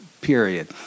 period